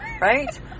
right